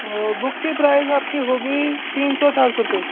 और बुक की प्राइज आपकी होगी तीन सौ चार सौ रुपये